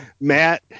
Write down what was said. Matt